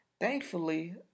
thankfully